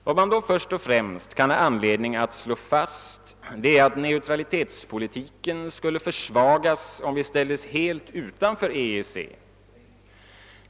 Vad man då först och främst kan ha anledning att slå fast är att neutralitetspolitiken skulle försvagas, om vi helt ställdes utanför EEC.